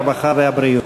הרווחה והבריאות.